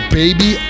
baby